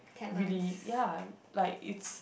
really ya like it's